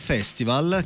Festival